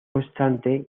obstante